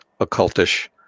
occultish